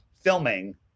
filming